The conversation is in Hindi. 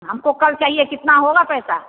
हमको कल चाहिए कितना होगा पैसा